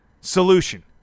solution